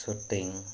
shooting